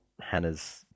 Hannah's